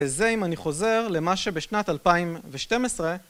וזה אם אני חוזר למה שבשנת 2012